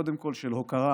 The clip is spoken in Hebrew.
קודם כול של הוקרה